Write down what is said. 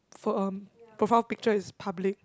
for um profile picture is public